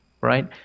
right